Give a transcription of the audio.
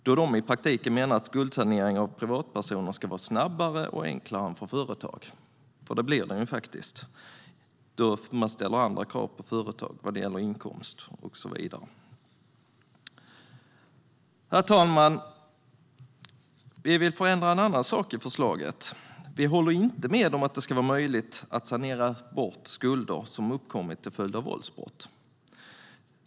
De menar i praktiken att skuldsanering av privatpersoner ska ske snabbare och enklare än för företag. Det blir den eftersom andra krav ställs på företag vad gäller inkomst och så vidare. Herr talman! Vi vill förändra en annan sak i förslaget. Vi håller inte med om att det ska vara möjligt att sanera bort skulder som har uppkommit till följd av våldsbrott.